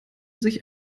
sich